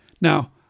Now